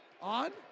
on